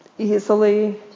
Easily